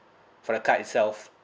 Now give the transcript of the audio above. for the card itself